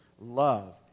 love